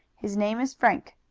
his name is frank.